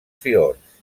fiords